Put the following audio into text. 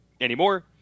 anymore